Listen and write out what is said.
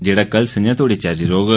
जेहड़ा कल संजां तोड़ी जारी रौह्ग